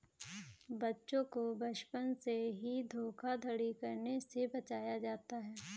बच्चों को बचपन से ही धोखाधड़ी करने से बचाया जाता है